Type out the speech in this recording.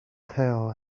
tell